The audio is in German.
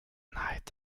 neid